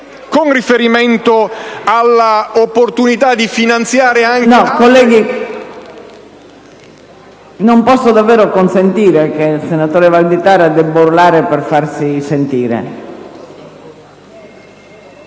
Con riferimento alla opportunità di finanziare... *(Brusìo).* PRESIDENTE. Colleghi, non posso davvero consentire che il senatore Valditara debba urlare per farsi sentire.